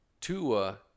Tua